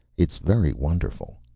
it's very wonderful.